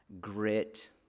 grit